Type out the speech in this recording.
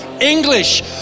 English